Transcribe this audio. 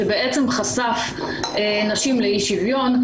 שבעצם חשף נשים לאי-שוויון.